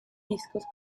discos